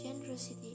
generosity